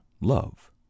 love